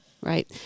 Right